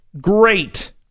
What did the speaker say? Great